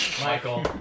Michael